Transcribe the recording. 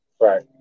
right